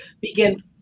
begin